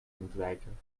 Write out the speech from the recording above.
ontwijken